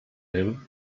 him